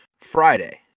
Friday